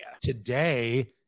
Today